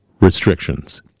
restrictions